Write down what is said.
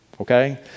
Okay